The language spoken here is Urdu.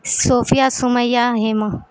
صوفیہ سمیہ ہیما